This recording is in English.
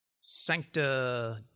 Sancta